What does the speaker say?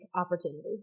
opportunity